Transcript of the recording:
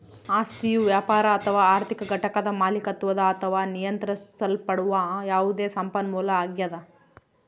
ಆಸ್ತಿಯು ವ್ಯಾಪಾರ ಅಥವಾ ಆರ್ಥಿಕ ಘಟಕದ ಮಾಲೀಕತ್ವದ ಅಥವಾ ನಿಯಂತ್ರಿಸಲ್ಪಡುವ ಯಾವುದೇ ಸಂಪನ್ಮೂಲ ಆಗ್ಯದ